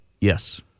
Yes